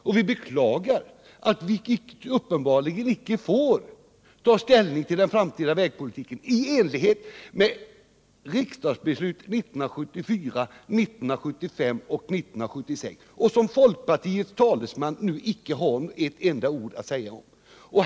Och vi beklagar att vi uppenbarligen icke får ta ställning till den framtida vägpolitiken i enlighet med riksdagens beslut 1974, 1975 och 1976 — beslut som folkpartiets talesman nu icke har ett enda ord att säga om.